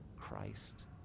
Christ